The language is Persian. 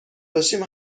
داشتیم